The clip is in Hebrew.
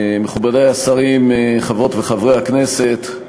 מכובדי השרים, חברות וחברי הכנסת,